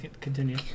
continue